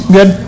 Good